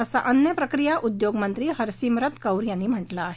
असं अन्नप्रकिया उद्योगमंत्री हरसिमरत कौर यांनी म्हटलं आहे